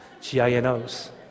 G-I-N-O's